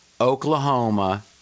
Oklahoma